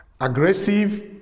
aggressive